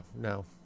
no